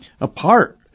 apart